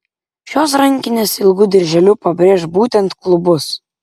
šios rankinės ilgu dirželiu pabrėš būtent klubus